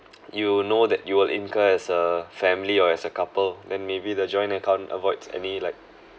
you know that you'll incur as a family or as a couple then maybe the joint account avoids any like